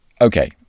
Okay